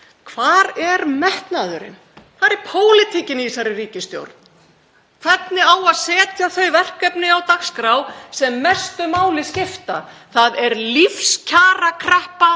Hvar er metnaðurinn? Hvar er pólitíkin í þessari ríkisstjórn. Hvernig á að setja þau verkefni á dagskrá sem mestu máli skipta? Það er lífskjarakreppa